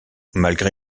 malgré